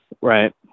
Right